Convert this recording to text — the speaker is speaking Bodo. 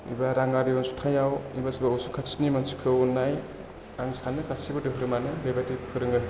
एबा राङारि अनसुंथायाव एबा असुं खाथिनि मानसिखौ नाय आं सानो गासैबो धोरोमानो बेबायदि फोरोङो